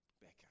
Becca